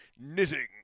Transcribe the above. knitting